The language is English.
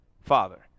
Father